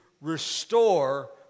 restore